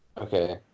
okay